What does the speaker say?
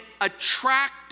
attract